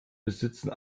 besitzen